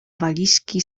walizki